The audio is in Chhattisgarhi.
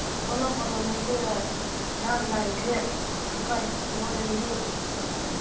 कोनो कोनो मइनसे हर नान नान ढेरे अकन लोन लेहे रहथे